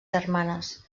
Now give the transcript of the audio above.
germanes